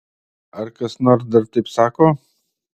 ar kas nors dar taip sako